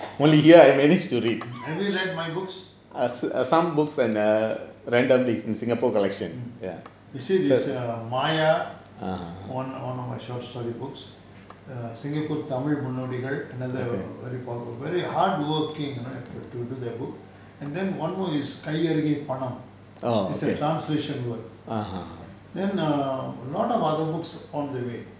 have you read my books you see this err maayaa one one of my short story books err singapore tamil முன்னோடிகள்:munnodigal another popular very hardworking right and then one more is கையருகே பணம்:kaiyaruge panam it's a translation book then err lots of other books on the way